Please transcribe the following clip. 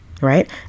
right